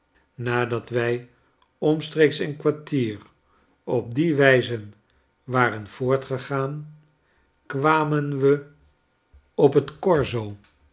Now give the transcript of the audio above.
nadat wij omstreeks een kwartier op die wijze waren voortgegaan kwamen we op het